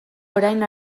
orain